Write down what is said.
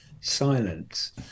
silence